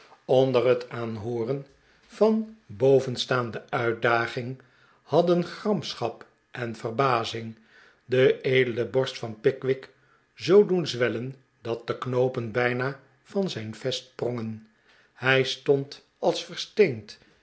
onder het aanhooren van bovenstaande uitdaging hadden gramschap en verbazing de edele borst van pickwick zoo doen zwellen dat de knoopen bijna van zijn vest sprongen hij stond als versteend